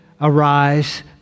arise